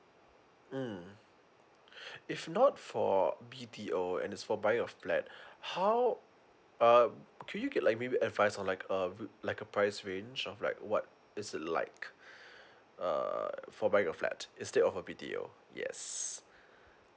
mm if not for b t o and is for buying a flat how um could you get like maybe advice or like um like a price range of right what is it like uh for buying a flat instead of a b t o yes